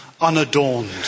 unadorned